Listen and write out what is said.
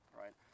right